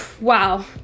wow